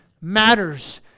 matters